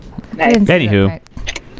Anywho